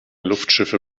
luftschiffe